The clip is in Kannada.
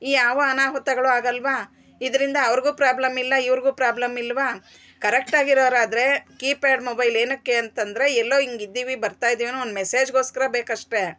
ಈ ಯಾವ ಅನಾಹುತಗಳು ಆಗೋಲ್ವ ಇದ್ರಿಂದ ಅವರ್ಗು ಪ್ರಾಬ್ಲಮ್ ಇಲ್ಲ ಇವ್ರ್ಗೂ ಪ್ರಾಬ್ಲಮ್ ಇಲ್ವ ಕರೆಕ್ಟ್ ಆಗಿರೋರು ಆದ್ರೆ ಕೀಪ್ಯಾಡ್ ಮೊಬೈಲ್ ಏನಕ್ಕೆ ಅಂತಂದ್ರೆ ಎಲ್ಲೋ ಹಿಂಗೆ ಇದ್ದೀವಿ ಬರ್ತಾ ಇದ್ದೀವಿ ಅನ್ನೋ ಒಂದು ಮೆಸೇಜ್ಗೋಸ್ಕರ ಬೇಕು ಅಷ್ಟೇ